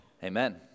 Amen